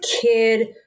kid